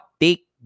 take